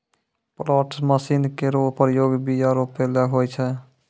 planters machine केरो प्रयोग बीया रोपै ल होय छै